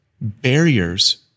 barriers